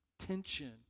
tension